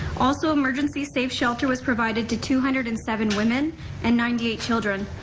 also, emergency safe shelter was provided to two hundred and seven women and ninety eight children.